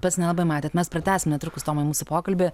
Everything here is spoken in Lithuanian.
pats nelabai matėt mes pratęsim netrukus tomai mūsų pokalbį